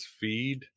feed